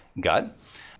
gut